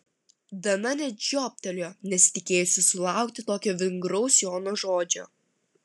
dana net žiobtelėjo nesitikėjusi sulaukti tokio vingraus jono žodžio